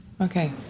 Okay